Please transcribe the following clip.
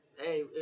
Hey